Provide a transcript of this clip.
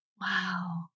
Wow